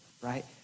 right